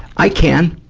i can.